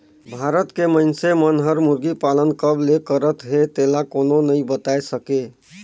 भारत के मइनसे मन हर मुरगी पालन कब ले करत हे तेला कोनो नइ बताय सके